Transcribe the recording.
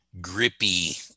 grippy